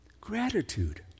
Gratitude